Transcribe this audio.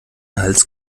hals